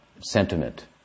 sentiment